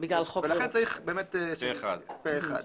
לכן צריך החלטה פה אחד.